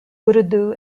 urdu